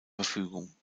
verfügung